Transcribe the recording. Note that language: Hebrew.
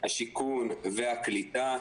השיכון והקליטה,